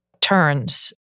turns